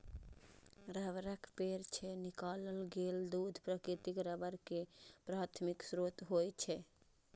रबड़क पेड़ सं निकालल गेल दूध प्राकृतिक रबड़ के प्राथमिक स्रोत होइ छै